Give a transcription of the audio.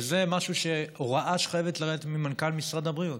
וזו הוראה שחייבת לרדת ממנכ"ל משרד הבריאות,